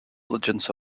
diligence